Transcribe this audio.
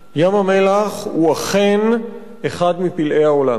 ים-המלח הוא אכן אחד מפלאי העולם,